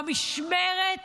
במשמרת